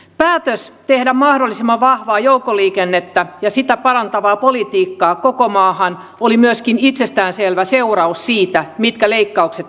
päätös tehdä mahdollisimman vahvaa joukkoliikennettä ja sitä parantavaa politiikkaa koko maahan oli myöskin itsestään selvä seuraus siitä mitkä leikkaukset ovat edessä